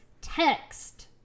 text